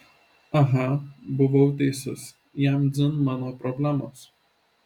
aha buvau teisus jam dzin mano problemos